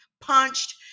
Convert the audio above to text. punched